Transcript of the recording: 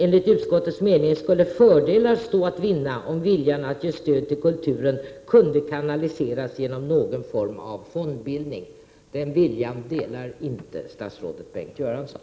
Enligt utskottets mening skulle fördelar stå att vinna om viljan att ge stöd till kulturen fanns och stödet kunde kanaliseras genom någon form av fondbildning. Den viljan har inte statsrådet Bengt Göransson.